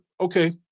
Okay